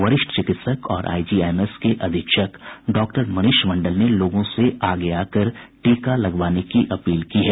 वरिष्ठ चिकित्सक और आईजीआईएमएस के अधीक्षक डॉक्टर मनीष मंडल ने लोगों से आगे आकर टीका लगवाने की अपील की है